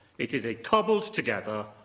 it is a cobbled together,